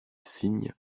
signes